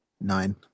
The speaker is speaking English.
Nine